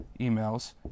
emails